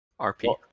RP